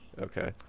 Okay